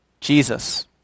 Jesus